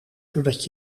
zodat